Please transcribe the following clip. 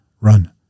run